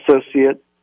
associate